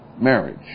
Marriage